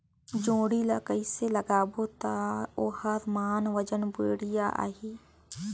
जोणी ला कइसे लगाबो ता ओहार मान वजन बेडिया आही?